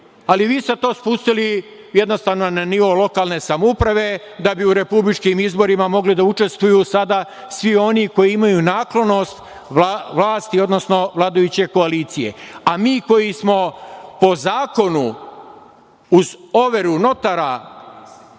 ali vi ste to spustili jednostavno na nivo lokalne samouprave da bi u republičkim izborima mogli da učestvuju sada svi oni koji imaju naklonost vlasti, odnosno vladajuće koalicije, a mi koji smo po zakonu uz overu notara